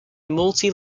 multi